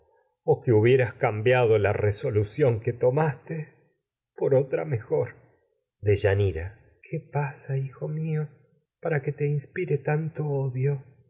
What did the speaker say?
madre de otro cambiado la resolución que que hubieras tomaste por otra mejor deyanira qué pasa hijo mió para que te inspi re tanto odio